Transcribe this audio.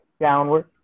downward